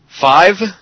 five